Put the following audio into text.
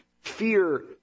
fear